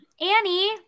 Annie